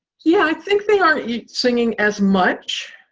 yeah, i think they aren't singing as much.